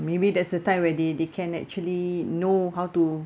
maybe that's the time where they they can actually know how to